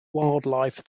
wildlife